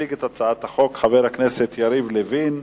יציג את הצעת החוק חבר הכנסת יריב לוין.